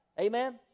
Amen